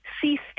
cease